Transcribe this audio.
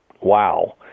wow